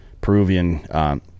Peruvian